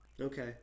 Okay